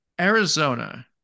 Arizona